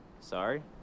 sorry